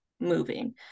moving